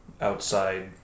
outside